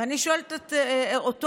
ואני שואלת אותו,